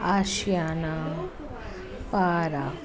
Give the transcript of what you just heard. आशियाना पारा